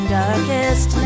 darkest